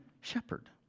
shepherd